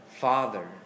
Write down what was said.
father